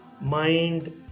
mind